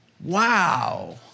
Wow